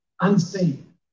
unseen